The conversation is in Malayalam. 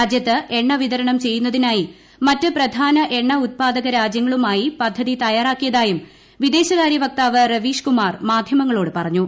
രാജ്യത്ത് എണ്ണു വിതരണം ചെയ്യുന്നതിനായി മറ്റ് പ്രധാന എണ്ണ ഉത്പാദക രാജ്യങ്ങളുമായി പദ്ധതി തയ്യാറാക്കിയതായും വിദേശകാര്യ വക്താവ് രവീഷ് കുമാർ മാധ്യമങ്ങളോട് പറഞ്ഞു